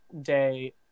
day